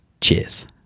Cheers